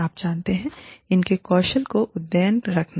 आप जानते हैं उनके कौशल को अद्यतन रखना